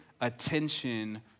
attention